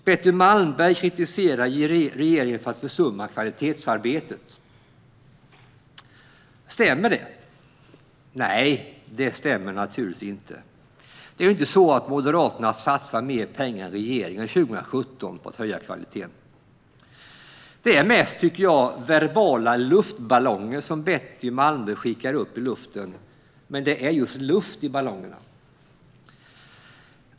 Betty Malmberg kritiserar regeringen för att den försummar kvalitetsarbetet. Stämmer det? Nej, det stämmer naturligtvis inte. Det är inte så att Moderaterna satsar mer pengar än regeringen under 2017 på att höja kvaliteten. Det är mest verbala luftballonger som Betty Malmberg skickar upp, och det är just luft i ballongerna.